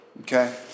Okay